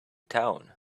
town